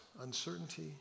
uncertainty